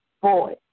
boy